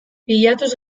bilatuz